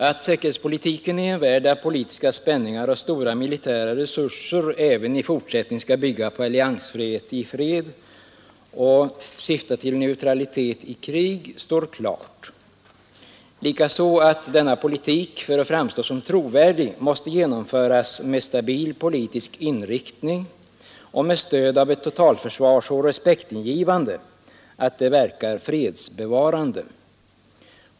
Att säkerhetspolitiken i en värld av politiska spänningar och stora militära resurser även i fortsättningen skall bygga på alliansfrihet i fred och syfta till neutralitet i krig står klart, likaså att denna politik för att framstå som trovärdig måste genomföras med stabil politisk inriktning och med stöd av ett totalförsvar så respektingivande att det verkar fredsbevarande.